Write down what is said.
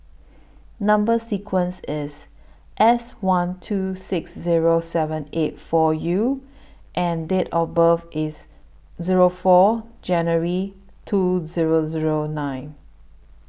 Number sequence IS S one two six Zero seven eight four U and Date of birth IS Zero four January two Zero Zero nine